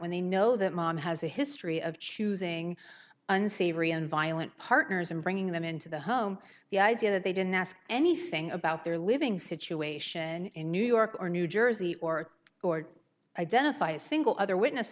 when they know that mom has a history of choosing unsavory and violent partners and bringing them into the home the idea that they didn't ask anything about their living situation in new york or new jersey or or identify a single other witness